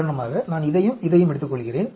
உதாரணமாக நான் இதையும் இதையும் எடுத்துக்கொள்கிறேன்